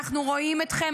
אנחנו רואים אתכם,